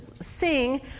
sing